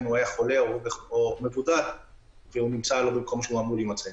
חולה או מבודד נמצא לא במקום שהוא אמור להימצא.